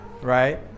Right